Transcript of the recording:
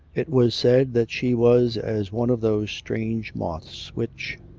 it was said that she was as one of those strange moths which,